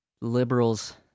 liberals